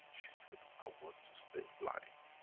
she said, i want to stay blind.